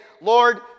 lord